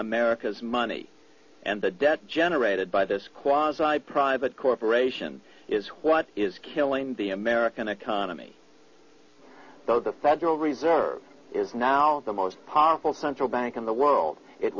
america's money and the debt generated by this squad private corporation is what is killing the american economy though the federal reserve is now the most powerful central bank in the world it